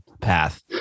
path